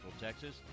Texas